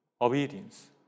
obedience